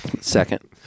Second